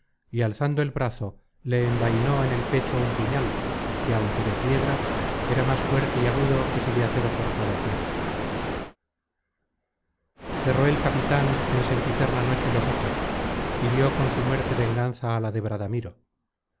y alzando el brazo le envainó en el pecho un puñal que aunque de piedra era más fuerte y agudo que si de acero forjado fuera cerró el capitan en sempiterna noche los ojos y dió con su muerte venganza á la